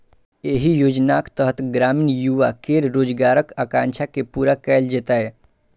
एहि योजनाक तहत ग्रामीण युवा केर रोजगारक आकांक्षा के पूरा कैल जेतै